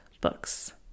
books